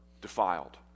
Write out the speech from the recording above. defiled